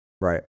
Right